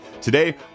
today